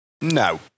No